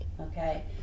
Okay